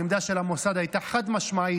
העמדה של המוסד הייתה חד-משמעית,